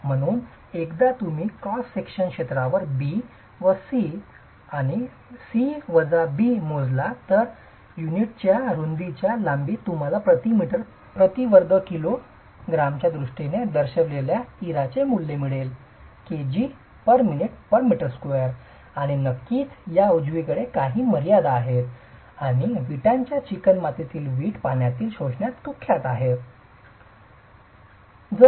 म्हणून एकदा तुम्ही क्रॉस सेक्शनच्या क्षेत्रावर B व C C वजा B मोजला तर वीट युनिटच्या रुंदीची लांबी तुम्हाला प्रति मीटर प्रति वर्ग किलो किलोग्रामच्या दृष्टीने दर्शविलेल्या इराचे मूल्य मिळेल kgminm2 आणि नक्कीच या उजवीकडे काही मर्यादा आहेत आणि विटाच्या चिकणमातीची वीट पाण्यातील शोषणात कुख्यात आहे